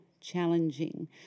challenging